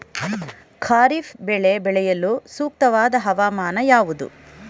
ಖಾರಿಫ್ ಬೆಳೆ ಬೆಳೆಯಲು ಸೂಕ್ತವಾದ ಹವಾಮಾನ ಯಾವುದು?